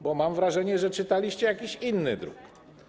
Bo mam wrażenie, że czytaliście jakiś inny druk.